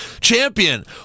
champion